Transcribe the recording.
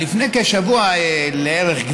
לפני כשבוע לערך,